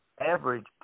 average